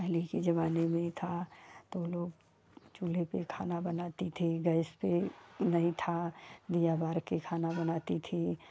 पहले के ज़माने में था तो लोग चूल्हे पर खाना बनाते थे गैस पर नहीं था दिया बार के खाना बनाती थी